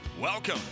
Welcome